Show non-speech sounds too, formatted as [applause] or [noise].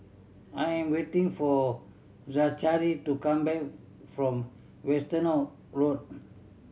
I am waiting for Zachary to come back from [unintelligible] Road